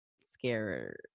scare